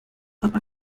aber